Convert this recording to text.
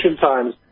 times